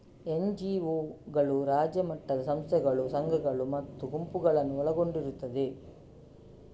ಎನ್.ಜಿ.ಒಗಳು ರಾಜ್ಯ ಮಟ್ಟದ ಸಂಸ್ಥೆಗಳು, ಸಂಘಗಳು ಮತ್ತು ಗುಂಪುಗಳನ್ನು ಒಳಗೊಂಡಿರುತ್ತವೆ